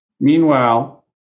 meanwhile